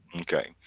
Okay